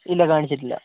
ഇല്ല കാണിച്ചിട്ടില്ല